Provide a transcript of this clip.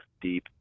deep